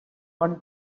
one